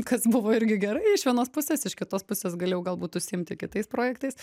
kas buvo irgi gerai iš vienos pusės iš kitos pusės galėjau galbūt užsiimti kitais projektais